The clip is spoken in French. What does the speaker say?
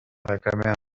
réclamait